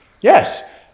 Yes